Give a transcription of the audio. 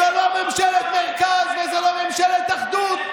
זו לא ממשלת מרכז ולא ממשלת אחדות,